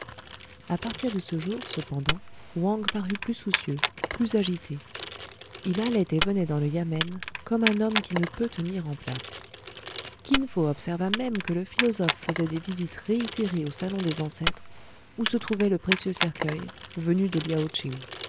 a partir de ce jour cependant wang parut plus soucieux plus agité il allait et venait dans le yamen comme un homme qui ne peut tenir en place kin fo observa même que le philosophe faisait des visites réitérées au salon des ancêtres où se trouvait le précieux cercueil venu de